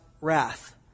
wrath